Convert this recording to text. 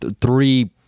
three